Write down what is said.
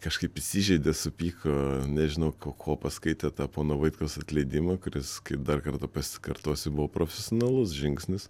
kažkaip įsižeidė supyko nežinau ko ko paskaitė tą poną vaitkaus atleidimą kuris kaip dar kartą pasikartosiu buvo profesionalus žingsnis